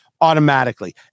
automatically